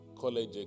college